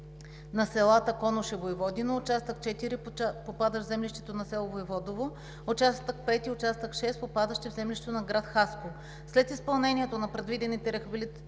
на селата Конуш и Войводино; участък 4, попадащ в землището на село Войводино; участък 5 и участък 6, попадащи в землището на град Хасково. След изпълнението на предвидените рехабилитационни